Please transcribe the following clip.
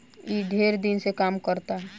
ई ढेर दिन से काम करता